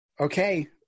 Okay